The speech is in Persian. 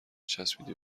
چسبیدی